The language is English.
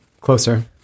closer